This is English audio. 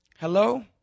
Hello